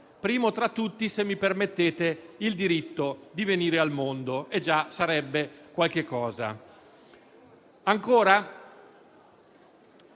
primo tra tutti - se mi permettete - il diritto di venire al mondo, che già sarebbe qualcosa.